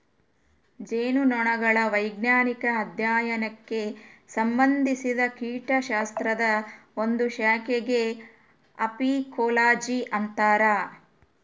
ಜೇನುನೊಣಗಳ ವೈಜ್ಞಾನಿಕ ಅಧ್ಯಯನಕ್ಕೆ ಸಂಭಂದಿಸಿದ ಕೀಟಶಾಸ್ತ್ರದ ಒಂದು ಶಾಖೆಗೆ ಅಫೀಕೋಲಜಿ ಅಂತರ